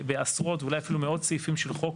בעשרות ואולי אפילו מאות סעיפים של חוק